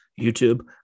YouTube